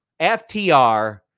FTR